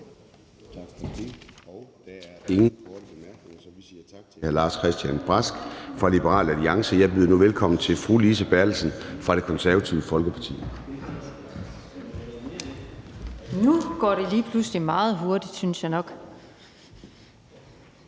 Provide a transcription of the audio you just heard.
Tak for det. Der er ingen korte bemærkninger, så vi siger tak til hr. Lars-Christian Brask fra Liberal Alliance. Jeg byder nu velkommen til fru Lise Bertelsen fra Det Konservative Folkeparti. Kl. 22:08 (Ordfører) Lise Bertelsen (KF): Jeg vil